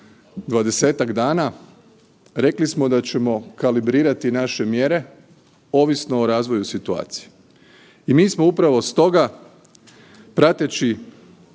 20-tak dana rekli smo da ćemo kalibrirati naše mjere ovisno o razvoju situacije. I mi smo upravo stoga prateći